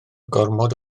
gormod